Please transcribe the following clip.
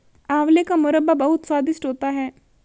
आंवले का मुरब्बा बहुत स्वादिष्ट होता है